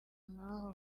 nk’aho